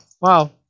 Wow